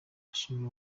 ashinjwa